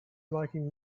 liking